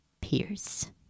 Pierce